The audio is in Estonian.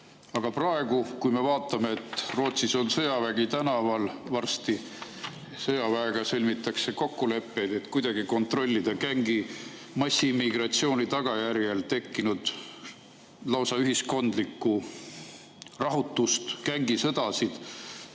Aga praegu, kui me vaatame, et Rootsis on varsti sõjavägi tänaval, sõjaväega sõlmitakse kokkuleppeid, et kuidagi kontrollida massiimmigratsiooni tagajärjel tekkinud lausa ühiskondlikku rahutust, gängisõdasid.